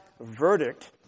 verdict